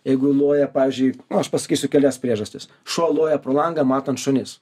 jeigu loja pavyzdžiui o aš pasakysiu kelias priežastis šuo loja pro langą matant šunis